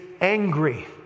angry